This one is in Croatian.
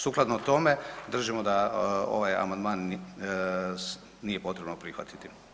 Sukladno tome držimo da ovaj amandman nije potrebno prihvatiti.